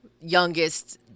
youngest